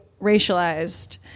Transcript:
racialized